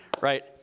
Right